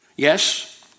Yes